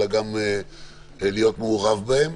אלא גם להיות מעורב בהן.